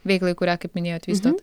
veiklai kurią kaip minėjot vystot